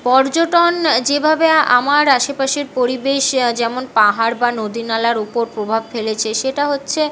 পর্যটন যেভাবে আমার আশেপাশের পরিবেশ যেমন পাহাড় বা নদী নালার ওপর প্রভাব ফেলেছে সেটা হচ্ছে